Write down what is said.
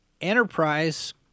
Enterprise